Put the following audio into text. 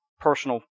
Personal